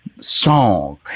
song